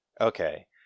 Okay